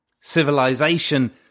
Civilization